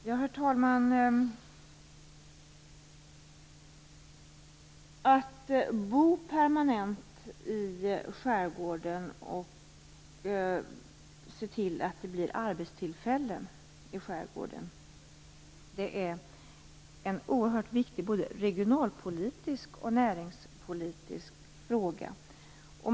Herr talman! Att kunna bo permanent och ha fasta arbetstillfällen i skärgården är en oerhört viktig regional och näringspolitisk fråga.